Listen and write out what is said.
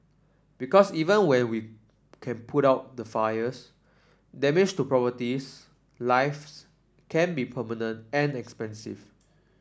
because even when we can put out the fires damage to properties lives can be permanent and expensive